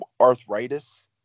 arthritis